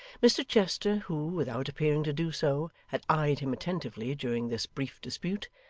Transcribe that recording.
mr chester, who, without appearing to do so, had eyed him attentively during this brief dispute,